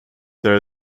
there